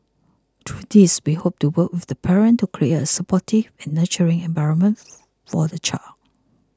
through these we hope to work with the parent to create a supportive and nurturing environment for the child